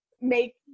make